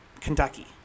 Kentucky